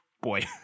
boy